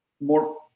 more